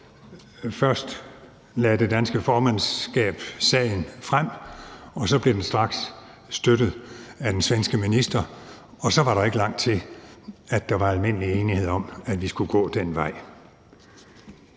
Først lagde det danske formandskab sagen frem, og så blev den straks støttet af den svenske minister, og så var der ikke langt til, at der var almindelig enighed om, at vi skulle gå den vej.